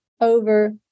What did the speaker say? over